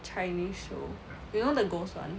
chinese show you know the ghost [one]